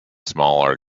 smaller